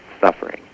suffering